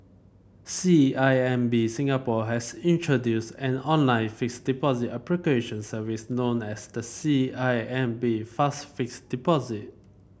C I M B Singapore has introduced an online fixed deposit application services known as the C I M B Fast Fixed Deposit